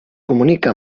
comunica